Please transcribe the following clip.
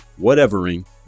whatevering